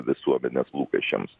visuomenės lūkesčiams